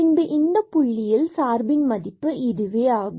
பின்பு இந்த புள்ளியில் சார்பின் மதிப்பு இதுவே ஆகும்